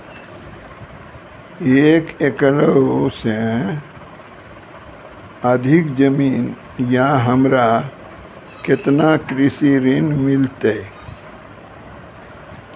एक एकरऽ से अधिक जमीन या हमरा केतना कृषि ऋण मिलते?